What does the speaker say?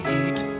eat